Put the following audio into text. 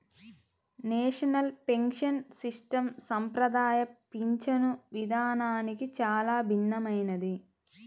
national pension system సంప్రదాయ పింఛను విధానానికి చాలా భిన్నమైనది